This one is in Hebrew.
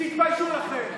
תתביישו לכם.